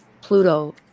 Pluto